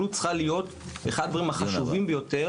זהו אחד הדברים החשובים ביותר,